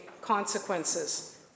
consequences